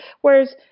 Whereas